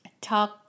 Talk